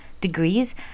degrees